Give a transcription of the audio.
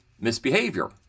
misbehavior